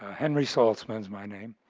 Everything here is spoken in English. ah henry salzman's my name.